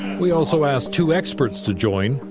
we also asked two experts to join,